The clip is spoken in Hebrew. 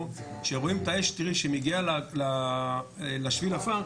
כשרואים את האש כשהיא מגיעה לשביל העפר,